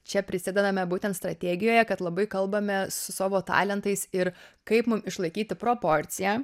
čia prisidedame būtent strategijoje kad labai kalbame su savo talentais ir kaip mum išlaikyti proporciją